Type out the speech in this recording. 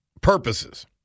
purposes